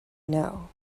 know